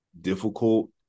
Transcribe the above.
difficult